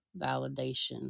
validation